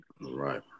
Right